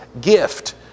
gift